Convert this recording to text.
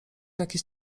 jakiś